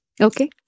okay